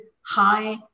high